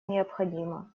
необходима